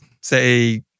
say